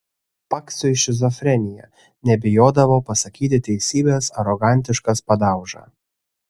paksiui šizofrenija nebijodavo pasakyti teisybės arogantiškas padauža